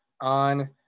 on